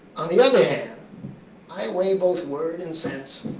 on the other hand i weigh both word and sense.